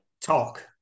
talk